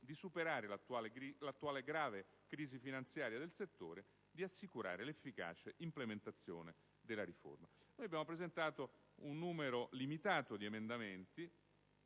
di superare l'attuale grave crisi finanziaria del settore e di assicurare l'efficacia implementazione della riforma». Abbiamo presentato un numero limitato di emendamenti,